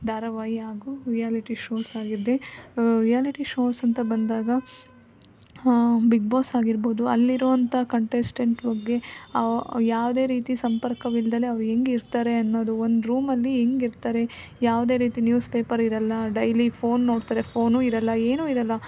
ಧಾರಾವಾಹಿ ಹಾಗೂ reality shows ಆಗಿದೆ ರಿಯಾಲಿಟಿ ಶೋಸ್ ಅಂತ ಬಂದಾಗ ಬಿಗ್ ಬಾಸ್ ಆಗಿರ್ಬೋದು ಅಲ್ಲಿರುವಂಥ ಕಂಟೆಸ್ಟೆಂಟ್ ಬಗ್ಗೆ ಯಾವುದೇ ರೀತಿ ಸಂಪರ್ಕವಿಲ್ದೆ ಅವ್ರು ಹೆಂಗಿರ್ತಾರೆ ಅನ್ನೋದು ಒಂದು ರೂಮಲ್ಲಿ ಹೆಂಗ್ ಇರ್ತಾರೆ ಯಾವುದೇ ರೀತಿ ನ್ಯೂಸ್ ಪೇಪರ್ ಇರೋಲ್ಲ ಡೈಲಿ ಫೋನ್ ನೋಡ್ತಾರೆ ಫೋನೂ ಇರೋಲ್ಲ ಏನೂ ಇರೋಲ್ಲ